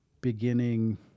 beginning